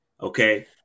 Okay